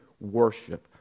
worship